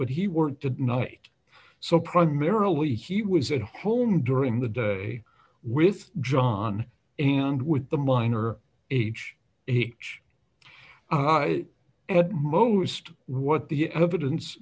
but he worked at night so primarily he was at home during the day with john and with the minor h h at most what the evidence